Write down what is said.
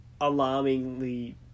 alarmingly